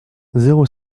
zéro